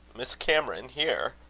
miss cameron here!